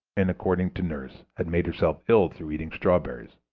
and, according to nurse, had made herself ill through eating strawberries.